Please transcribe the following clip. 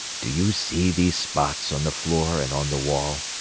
do you see these spots on the floor and on the wall?